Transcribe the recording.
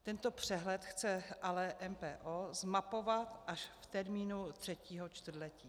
Tento přehled chce ale MPO zmapovat až v termínu třetího čtvrtletí.